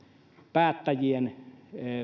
päättäjien